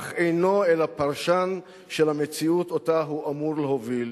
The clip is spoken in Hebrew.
אך אינו אלא פרשן של המציאות שאותה הוא אמור להוביל,